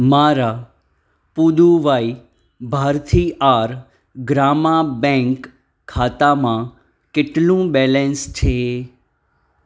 મારા પુદુવાઈ ભારથીઆર ગ્રામા બેંક ખાતામાં કેટલું બેલેન્સ છે